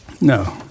No